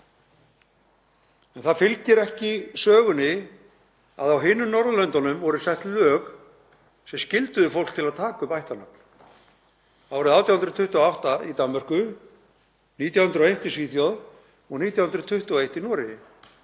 Það fylgir ekki sögunni að á hinum Norðurlöndunum voru sett lög sem skylduðu fólk til að taka upp ættarnöfn; árið 1828 í Danmörku, árið 1901 í Svíþjóð og árið 1921 í Noregi.